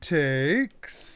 takes